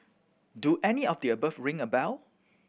do any of the above ring a bell